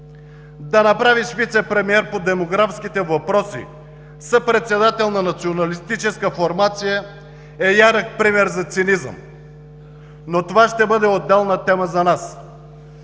Да направиш вицепремиер по демографските въпроси, съпредседател на националистическа формация, е ярък пример за цинизъм. Но това ще бъде отделна тема за нас.